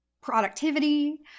productivity